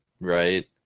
right